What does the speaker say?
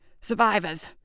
Survivors